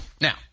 now